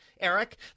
Eric